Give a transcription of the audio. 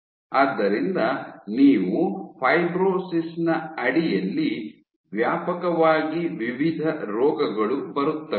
ಆದ್ದರಿಂದ ನೀವು ಫೈಬ್ರೋಸಿಸ್ ನ ಅಡಿಯಲ್ಲಿ ವ್ಯಾಪಕವಾಗಿ ವಿವಿಧ ರೋಗಗಳು ಬರುತ್ತವೆ